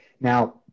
Now